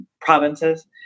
provinces